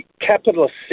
capitalist